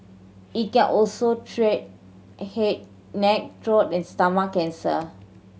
it can also treat head neck throat and stomach cancer